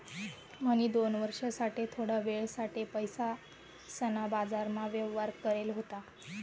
म्हणी दोन वर्ष साठे थोडा वेळ साठे पैसासना बाजारमा व्यवहार करेल होता